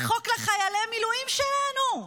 זה חוק לחיילי מילואים שלנו.